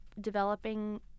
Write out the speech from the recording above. developing